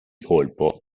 colpo